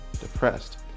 depressed